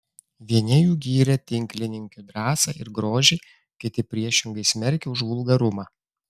vieni jų gyrė tinklininkių drąsą ir grožį kiti priešingai smerkė už vulgarumą